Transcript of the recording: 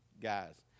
guys